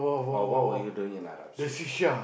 or what were you doing in Arab-Street